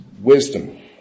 wisdom